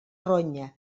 ronya